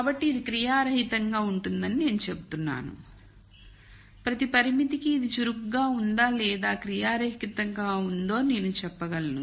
కాబట్టి ఇది క్రియారహితంగా ఉంటుందని నేను చెబుతాను ప్రతి పరిమితి కి ఇది చురుకుగా ఉందా లేదా క్రియారహితంగా ఉందో నేను చెప్పగలను